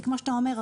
כי כמו שאתה אומר,